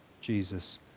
Jesus